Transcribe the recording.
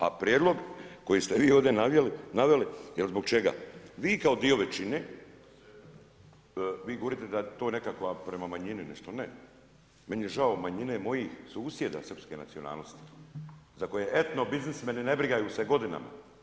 A prijedlog koji ste vi ovdje naveli, jer zbog čega, vi kao dio većine, vi govorite da je to nekakva prema manjini nešto ne, meni je žao manjine, mojih susjeda srpske nacionalnosti za koje etno biznismeni ne brigaju se godinama.